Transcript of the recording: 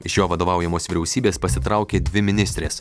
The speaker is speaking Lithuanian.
iš jo vadovaujamos vyriausybės pasitraukė dvi ministrės